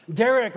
Derek